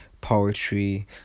poetry